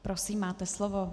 Prosím, máte slovo.